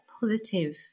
positive